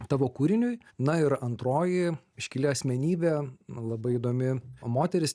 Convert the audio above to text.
tavo kūriniui na ir antroji iškili asmenybė labai įdomi moteris